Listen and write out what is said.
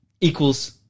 equals